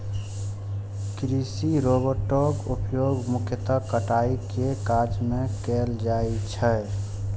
कृषि रोबोटक उपयोग मुख्यतः कटाइ के काज मे कैल जाइ छै